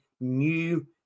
new